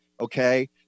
Okay